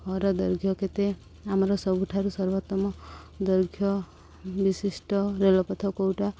ଘର ଦୈର୍ଘ୍ୟ କେତେ ଆମର ସବୁଠାରୁ ସର୍ବୋତ୍ତମ ଦୈର୍ଘ୍ୟ ବିଶିଷ୍ଟ ରେଳପଥ କେଉଁଟା